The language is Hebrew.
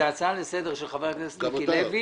זו הצעה לסדר של חבר הכנסת מיקי לוי,